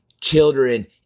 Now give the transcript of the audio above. children